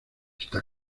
está